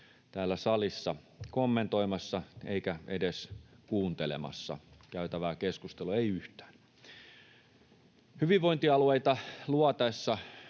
täällä salissa kommentoimassa eikä edes kuuntelemassa käytävää keskustelua — ei yhtään. Hyvinvointialueita luotaessa